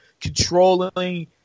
controlling